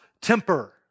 temper